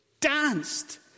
danced